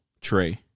tray